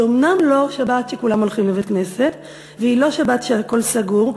היא אומנם לא שבת שבה כולם הולכים לבית-הכנסת והיא לא שבת שהכול סגור,